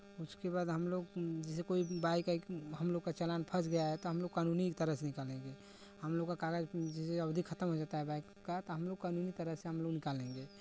उसके बाद हमलोग जैसे कोई बाइक हमलोग का चालान फँस गया है तो हमलोग कानूनी तरह से निकालेंगे हमलोग का कागज़ जैसे अवधि खतम हो जाता है बाइक का तो हमलोग कानूनी तरह से हमलोग निकालेंगे